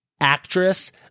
actress